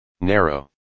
Narrow